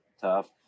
tough